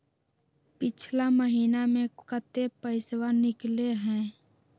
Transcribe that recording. पिछला महिना मे कते पैसबा निकले हैं?